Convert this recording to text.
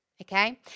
okay